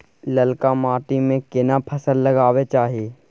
ललका माटी में केना फसल लगाबै चाही?